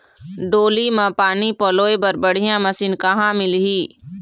डोली म पानी पलोए बर बढ़िया मशीन कहां मिलही?